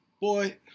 Boy